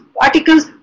particles